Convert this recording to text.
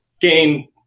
gain